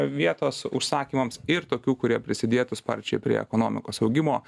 vietos užsakymams ir tokių kurie prisidėtų sparčiai prie ekonomikos augimo